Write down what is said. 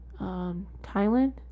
Thailand